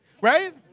right